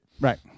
Right